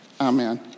Amen